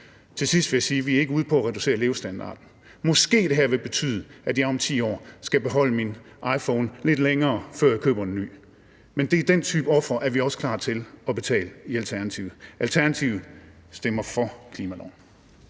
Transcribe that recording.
Til sidst vil jeg sige, at vi ikke er ude på at reducere levestandarden. Måske vil det her betyde, at jeg om 10 år skal beholde min iPhone lidt længere, før jeg køber en ny, men den type ofre er vi også klar til at betale i Alternativet. Alternativet stemmer for forslaget